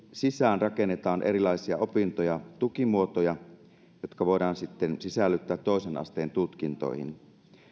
sisään rakennetaan erilaisia opintoja tukimuotoja jotka voidaan sitten sisällyttää toisen asteen tutkintoihin